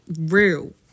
real